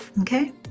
Okay